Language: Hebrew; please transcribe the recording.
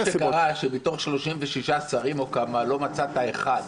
מה שקרה שמתוך 36 שרים או כמה, לא מצאת אחד.